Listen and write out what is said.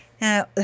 Now